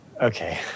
Okay